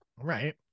Right